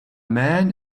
man